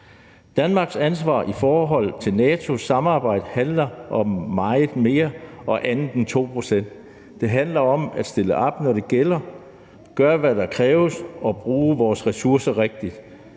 Danmarks ansvar i forhold til NATO's samarbejde handler om meget mere og andet end de 2 pct. Det handler om at stille op, når det gælder, gøre, hvad der kræves, og bruge vores ressourcer rigtigt;